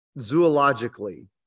zoologically